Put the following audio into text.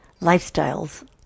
lifestyles